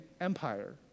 Empire